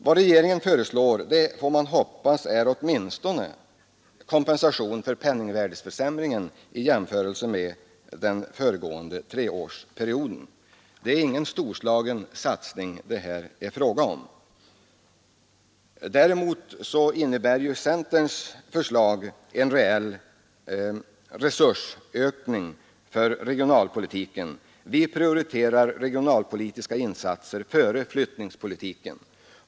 Vad regeringen föreslår är, får man hoppas, åtminstone kompensation för penningvärdeförsämringen i jämförelse med den föregående treårsperioden. Det är ingen storslagen satsning det här är fråga om. Däremot innebär centerns förslag en reell resursökning för regionalpolitiken. Vi har prioriterat regionalpolitiska insatser före flyttningspolitiken.